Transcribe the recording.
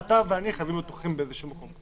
ואני חייבים להיות נוכחים באיזשהו מקום.